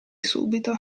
subito